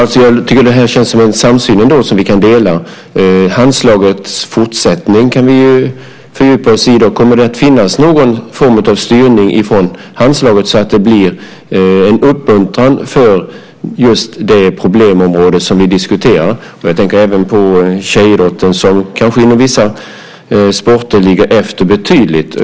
Fru talman! Jag tycker att det ändå känns som en samsyn här, som något som vi kan dela. Handslagets fortsättning kan vi fördjupa oss i. Men kommer det att finnas någon form av styrning från Handslaget så att det blir en uppmuntran på just det problemområde som vi diskuterar? Jag tänker även på tjejidrotten som kanske inom vissa sporter ligger efter betydligt.